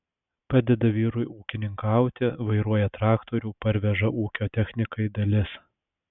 padeda vyrui ūkininkauti vairuoja traktorių parveža ūkio technikai dalis